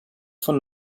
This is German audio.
von